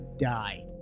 die